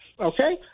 okay